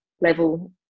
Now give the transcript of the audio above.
level